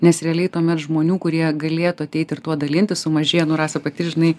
nes realiai tuomet žmonių kurie galėtų ateiti ir tuo dalintis sumažėja nu rasa pati žinai